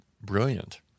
brilliant